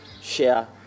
share